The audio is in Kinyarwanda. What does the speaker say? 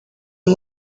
uyu